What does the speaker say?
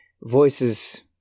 voices